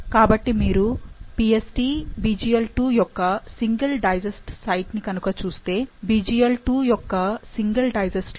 కాబట్టి మీరు Pst BglII యొక్క సింగిల్ డైజెస్ట్ సైట్ ని కనుక చూస్తే BglII యొక్క సింగిల్ డైజెస్ట్ లో ఒక 4